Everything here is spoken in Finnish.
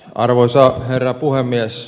arvoisa herra puhemies